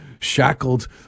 shackled